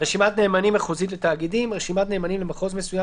"רשימת נאמנים מחוזית לתאגידים" רשימת נאמנים למחוז מסוים